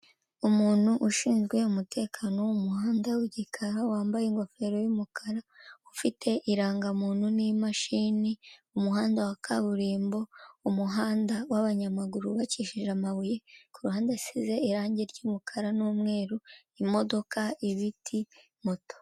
Umuntu ushinzwe umutekano mu muhanda w'igikara wambaye ingofero y'umukara ufite irangamuntu n'imashini, umuhanda wa kaburimbo, umuhanda w'abanyamaguru wubabakijije amabuye ku ruhande usize irangi ry'umukara n'umweru, imodoka, ibiti, moto.